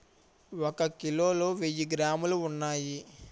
ఒక కిలోలో వెయ్యి గ్రాములు ఉన్నాయి